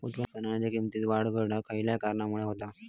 उत्पादनाच्या किमतीत वाढ घट खयल्या कारणामुळे होता?